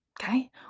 Okay